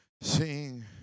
Seeing